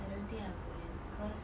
I don't think I will cause